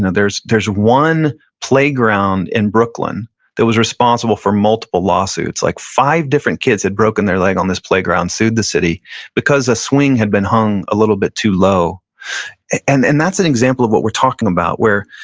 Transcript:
and there's there's one playground in brooklyn that was responsible for multiple lawsuits like five different kids had broken their leg on this playground, sued the city because a swing had been hung a little bit too low and and that's an example of what we're talking about where,